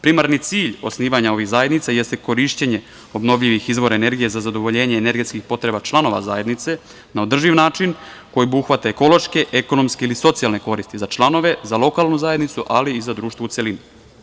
Primarni cilj osnivanja ovih zajednica jeste korišćenje obnovljivih izvora energije za zadovoljenje energetskih potreba članova zajednice na održiv način koji obuhvata ekološke, ekonomske ili socijalne koristi za članove, za lokalnu zajednicu ali i za društvo u celini.